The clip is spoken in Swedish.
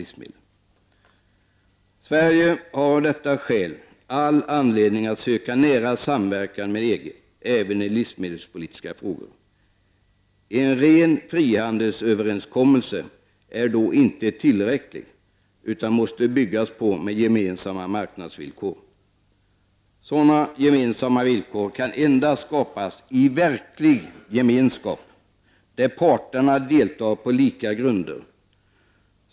livsmedel. Sverige har av detta skäl all anledning att söka nära samverkan med EG, även i livsmedelspolitiska frågor. En ren frihandelsöverenskommelse är då inte tillräcklig, utan en sådan måste byggas på med gemensamma marknadsvillkor. Sådana gemensamma villkor kan endast skapas i verklig gemenskap där parterna deltar på lika grunder.